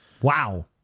Wow